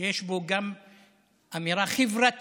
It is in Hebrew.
שיש בו גם אמירה חברתית.